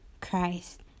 christ